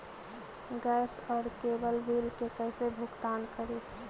Gas और cable bill के कैसे भुगतान करी?